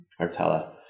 artella